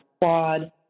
quad